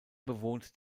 bewohnt